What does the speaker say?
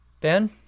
Ben